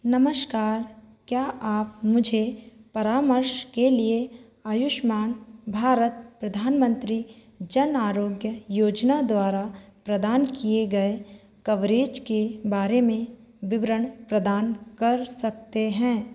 नमस्कार क्या आप मुझे परामर्श के लिए आयुष्मान भारत प्रधानमंत्री जन आरोग्य योजना द्वारा प्रदान किए गए कवरेज के बारे में विवरण प्रदान कर सकते हैं